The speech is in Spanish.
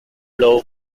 los